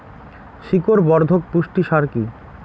শিকড় বর্ধক পুষ্টি সার কি?